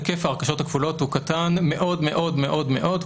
היקף ההרכשות הכפולות הוא קטן מאוד מאוד מאוד מאוד,